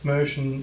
Motion